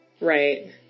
right